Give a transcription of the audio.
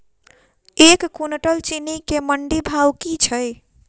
एक कुनटल चीनी केँ मंडी भाउ की छै?